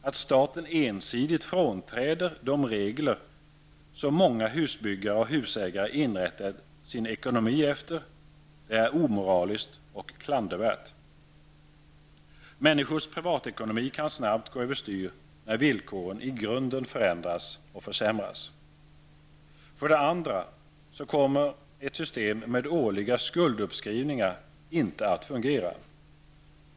Att staten ensidigt frånträder de regler som många husbyggare och husägare inrättat sin ekonomi efter är omoraliskt och klandervärt. Människors privatekonomi kan snabbt gå över styr när villkoren i grunden förändras och försämras. För det andra kommer ett system med årliga skulduppskrivningar inte att fungera.